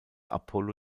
apollo